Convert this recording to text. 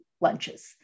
lunches